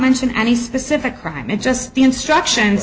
mention any specific crime it's just the instructions